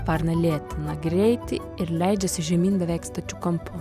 varna lėtina greitį ir leidžiasi žemyn beveik stačiu kampu